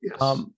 Yes